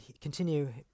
continue